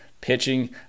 pitching